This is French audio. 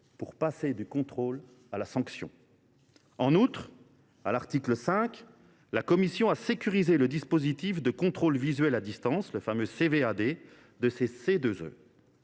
pour passer du contrôle à la sanction ! En outre, à l’article 5, la commission a sécurisé le dispositif de contrôles visuels à distance (CVAD) des C2E.